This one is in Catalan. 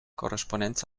corresponents